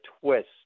twist